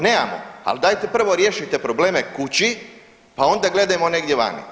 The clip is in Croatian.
Nemamo, ali dajte prvo riješite probleme kući pa onda gledajmo negdje vani.